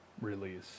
release